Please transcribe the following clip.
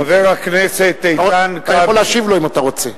אתה יכול להשיב לו אם אתה רוצה.